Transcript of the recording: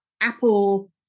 apple